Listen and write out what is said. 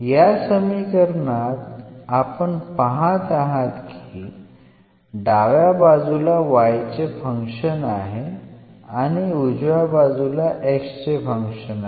या समीकरणात आपण पाहत आहात की डाव्या बाजूला y चे फंक्शन आहे आणि उजव्या बाजूला x चे फंक्शन आहे